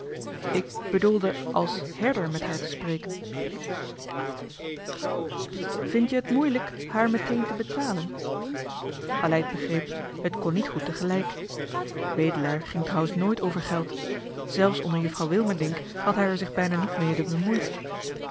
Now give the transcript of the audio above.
ik bedoelde als herder met haar te spreken vindt je het moeilijk haar meteen te betalen aleid begreep het kon niet goed tegelijk wedelaar ging trouwens nooit over geld zelfs onder juffrouw wilmerdink had hij er zich bijna niet mede bemoeid